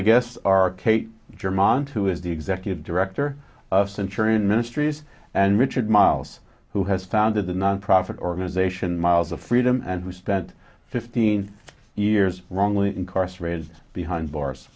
y guests are kate germano who is the executive director of century and ministries and richard miles who has founded the nonprofit organization miles of freedom and who spent fifteen years wrongly incarcerated behind bars